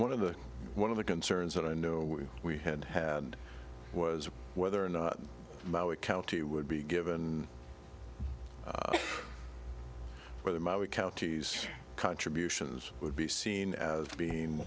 one of the one of the concerns that i know we had had was whether or not our county would be given whether my we counties contributions would be seen as being